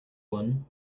one